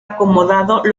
acomodado